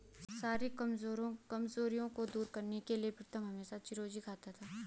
शारीरिक कमजोरी को दूर करने के लिए प्रीतम हमेशा चिरौंजी खाता है